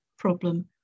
Problem